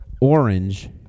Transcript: Orange